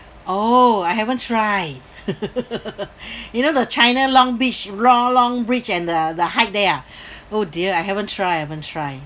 oh I haven't try you know the china long beach long long bridge and the the height there ah oh dear I haven't try haven't try